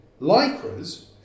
Lycra's